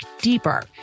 deeper